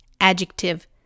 Adjective